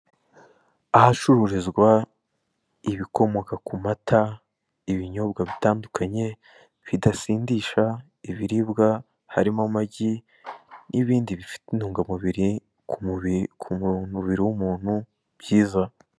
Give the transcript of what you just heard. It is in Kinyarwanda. Ahacururizwa ibikomoka ku mata, ibinyobwa bitandukanye bidasindisha, ibiribwa harimo amagi n'ibindi bifite intungamubiri ku mubiri w'umuntu byiza